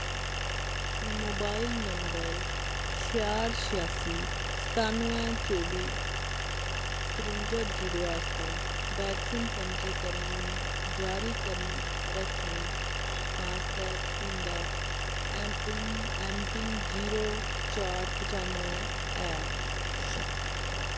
mobile number छिहाठ छियासी सतानवैं चौह्बी चरुंजा जीरो आस्तै वैक्सीन पंजीकरण जारी रक्खने आस्तै तुं'दा M PIN M PIN zero चार पाचनवैं ऐ